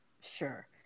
Sure